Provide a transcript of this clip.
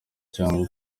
cyangwa